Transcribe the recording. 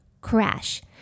Crash